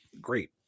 great